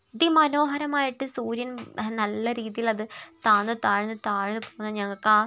അതിമനോഹരമായിട്ട് സൂര്യൻ നല്ല രീതിയിലത് താഴ്ന്ന് താഴ്ന്ന് താഴ്ന്ന് പോകുന്നത് ഞങ്ങൾക്ക് ആ